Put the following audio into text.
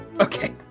Okay